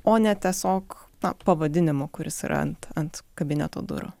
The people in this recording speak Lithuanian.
o ne tiesiog na pavadinimu kuris yra ant ant kabineto durų